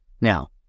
Now